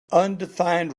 undefined